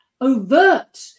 overt